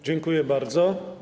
Dziękuję bardzo.